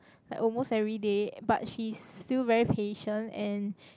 like almost everyday but she is still very patient and